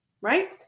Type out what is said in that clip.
right